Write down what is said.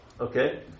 okay